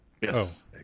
Yes